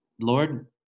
Lord